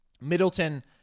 Middleton